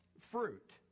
fruit